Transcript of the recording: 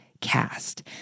cast